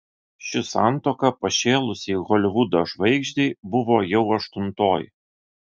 ši santuoka pašėlusiai holivudo žvaigždei buvo jau aštuntoji